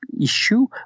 issue